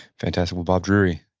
fantastic. well, bob drury,